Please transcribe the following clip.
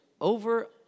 over